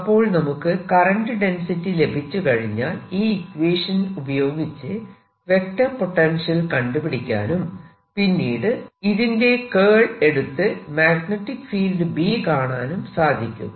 അപ്പോൾ നമുക്ക് current density ലഭിച്ചുകഴിഞ്ഞാൽ ഈ ഇക്വേഷൻ ഉപയോഗിച്ച് വെക്റ്റർ പൊട്ടൻഷ്യൽ കണ്ടുപിടിക്കാനും പിന്നീട് ഇതിന്റെ കേൾ എടുത്ത് മാഗ്നെറ്റിക് ഫീൽഡ് B കാണാനും സാധിക്കും